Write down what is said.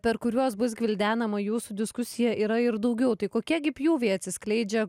per kuriuos bus gvildenama jūsų diskusija yra ir daugiau tai kokie gi pjūviai atsiskleidžia